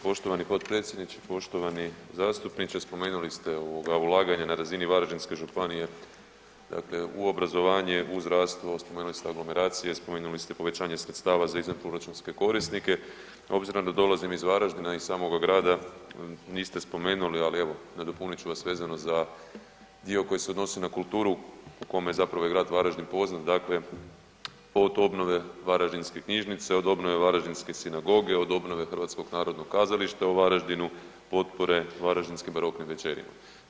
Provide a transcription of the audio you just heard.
Poštovani potpredsjedniče, poštovani zastupniče spomenuli ste ovoga ulaganje na razini Varaždinske županije dakle u obrazovanje, u zdravstvo, spomenuli ste aglomeracije, spomenuli ste povećanje sredstava za izvanproračunske korisnike, obzirom da dolazim iz Varaždina, niste spomenuli ali evo nadopunit ću vas vezano za dio koji se odnosi na kulturu u kome je zapravo i grad Varaždin poznat, dakle od obnove varaždinske knjižnice, od obnove varaždinske sinagoge, od obnove HNK u Varaždinu, potpore Varaždinskim baroknim večerima.